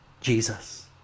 Jesus